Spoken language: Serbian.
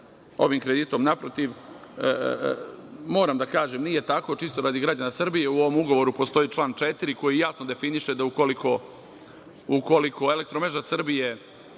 ovim kreditom, naprotiv, moram da kažem da nije tako, čisto radi građana Srbije. U ovom ugovoru postoji član 4. koji jasno definiše da ukoliko „Elektromreža Srbije“